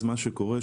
מה שקורה הוא,